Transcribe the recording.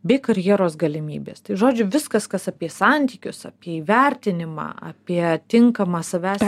bei karjeros galimybės tai žodžiu viskas kas apie santykius apie įvertinimą apie tinkamą savęs